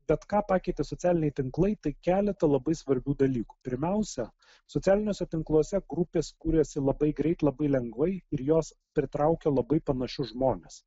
bet ką pakeitė socialiniai tinklai taikeletą labai svarbių dalykų pirmiausia socialiniuose tinkluose grupės kuriasi labai greit labai lengvai ir jos pritraukia labai panašius žmones